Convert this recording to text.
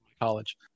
college